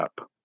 up